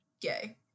gay